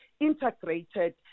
integrated